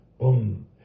boom